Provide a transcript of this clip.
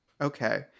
Okay